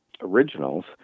originals